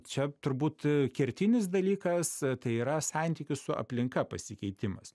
čia turbūt kertinis dalykas tai yra santykių su aplinka pasikeitimas